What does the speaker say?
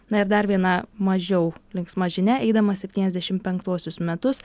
na ir dar viena mažiau linksma žinia eidamas septyniasdešim penktuosius metus